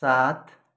सात